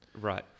right